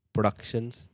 Productions